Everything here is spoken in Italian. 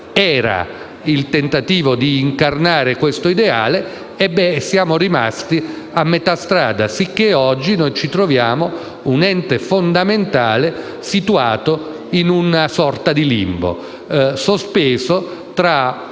era il tentativo di incarnare questo ideale. Siamo rimasti a metà strada, sicché oggi noi ci ritroviamo con un ente fondamentale situato in una sorta di limbo, sospeso tra